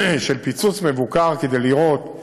פיצוץ מבוקר כדי לראות.